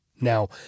Now